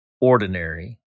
ordinary